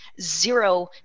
zero